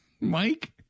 Mike